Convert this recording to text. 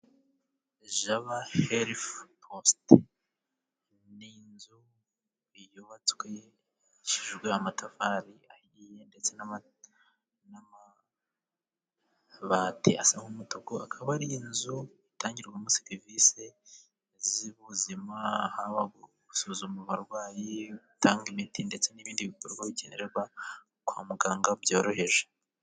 Jaba herifu posite, ni inzu yubatswe hifashishijwe amatafari ahiye ndetse n'amabati asa nk'umutuku, akaba ari inzu itangirwamo serivisi z'ubuzima; haba gusuzuma abarwayi, gutanga imiti ndetse n'ibindi bikorwa bikenerwa kwa muganga byoroheje.